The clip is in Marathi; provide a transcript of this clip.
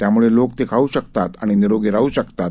त्यामुळे लोक ते खाऊ शकतात आणि निरोगी राहू शकतात